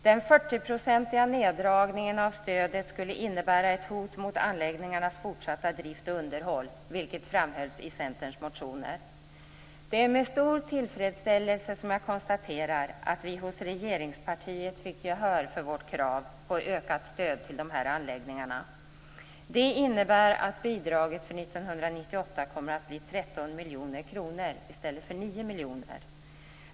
Den 40-procentiga neddragningen av stödet skulle innebära ett hot mot anläggningarnas fortsatta drift och underhåll, vilket framhölls i Centerns motioner. Det är med stor tillfredsställelse som jag konstaterar att vi hos regeringspartiet fick gehör för vårt krav på ökat stöd till dessa anläggningar. Det innebär att bidraget för 1998 kommer att bli 13 miljoner kronor i stället för 9 miljoner.